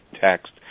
text